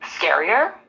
scarier